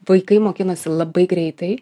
vaikai mokinasi labai greitai